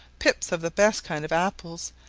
pips of the best kinds of apples,